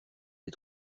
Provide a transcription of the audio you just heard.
des